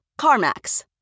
CarMax